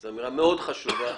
זו אמירה מאוד חשובה.